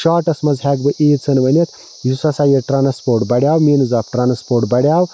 شاٹَس مَنٛز ہیٚکہٕ بہٕ ایٖژھ ہن ؤنِتھ یُس ہَسا یہِ ٹرانسپوٹ بَڑیو میٖنز آف ٹرانسپوٹ بَڑیو